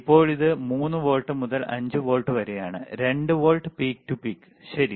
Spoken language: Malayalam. ഇപ്പോൾ ഇത് 3 വോൾട്ട് മുതൽ 5 വോൾട്ട് വരെയാണ് 2 വോൾട്ട് പീക്ക് ടു പീക്ക് ശരി